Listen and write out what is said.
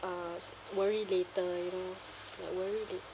uh s~ worry later you know like worry later